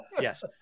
Yes